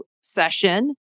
session